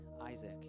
Isaac